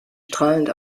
strahlend